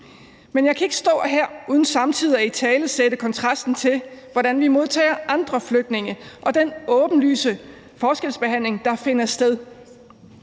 Men jeg kan ikke stå her uden samtidig at italesætte kontrasten til, hvordan vi modtager andre flygtninge, og den åbenlyse forskelsbehandling, der finder sted.